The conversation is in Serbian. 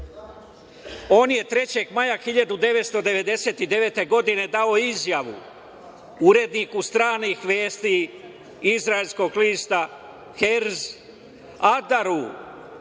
je 3. maja 1999. godine, dao izjavu uredniku stranih vesti, izraelskog lista "Haaretz" Adaru